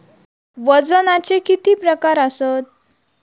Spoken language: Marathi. वजनाचे किती प्रकार आसत?